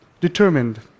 determined